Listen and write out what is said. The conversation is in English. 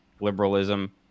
liberalism